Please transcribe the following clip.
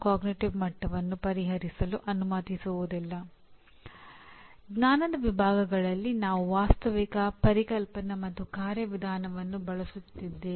ಆ ಕಾರಣದಿಂದಾಗಿ ಕಲಿಕೆಯ ಪರಿಣಾಮಗಳನ್ನು ಪ್ರತಿನಿಧಿಸಲು ಹಲವಾರು ಪದಗಳನ್ನು ಬಳಸಲಾಗುತ್ತದೆ